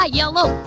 yellow